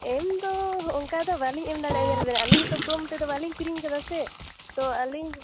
ᱮᱢ ᱫᱚ ᱦᱚᱜᱠᱟ ᱫᱚ ᱵᱟᱹᱞᱤᱧ ᱮᱢ ᱫᱟᱲᱮᱭᱟᱜᱼᱟ ᱧᱮᱞ ᱵᱮᱱ ᱟᱹᱞᱤᱧ ᱦᱚᱛᱚ ᱠᱚᱢ ᱛᱮᱫᱚ ᱵᱟᱹᱞᱤᱧ ᱠᱤᱨᱤᱧᱠᱟᱫᱟ ᱥᱮ ᱛᱳ ᱟᱹᱞᱤᱧ